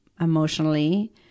emotionally